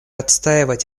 отстаивать